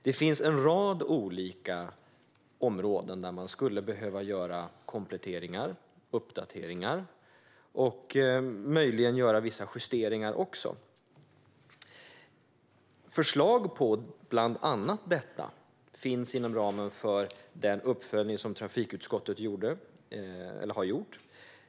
Det finns en rad olika områden där man skulle behöva göra kompletteringar, uppdateringar och möjligen vissa justeringar. Förslag på bland annat detta finns inom ramen för den uppföljning som trafikutskottet har gjort.